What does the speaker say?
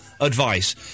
advice